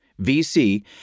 VC